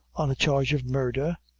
on a charge of murder?